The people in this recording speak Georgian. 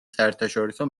საერთაშორისო